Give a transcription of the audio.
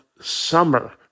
summer